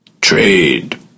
Trade